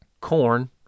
corn